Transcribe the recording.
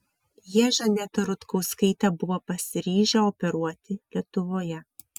jie žanetą rutkauskaitę buvo pasiryžę operuoti lietuvoje